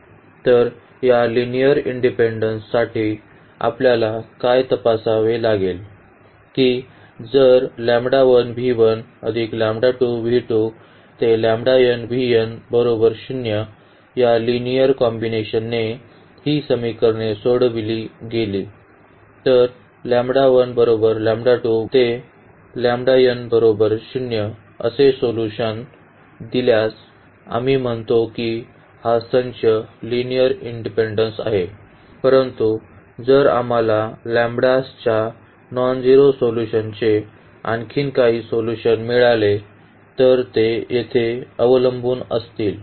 तर या linear independence साठी आपल्याला काय तपासावे लागेल की जर या लिनिअर कॉम्बिनेशन ने ही समीकरणे सोडविली गेली तर असे सोल्यूशन दिल्यास आम्ही म्हणतो की हा संच लिनिअर इंडिपेन्डेन्स आहे परंतु जर आम्हाला च्या नॉनझीरो सोल्यूशनचे आणखी काही सोल्यूशन मिळाले तर ते येथे अवलंबून असतील